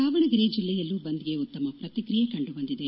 ದಾವಣಗೆರೆ ಜಿಲ್ಲೆಯಲ್ಲೂ ಬಂದ್ಗೆ ಉತ್ತಮ ಪ್ರತಿಕ್ರಿಯೆ ಕಂಡುಬಂದಿದೆ